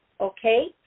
okay